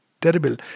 terrible